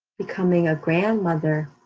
becoming a grandmother,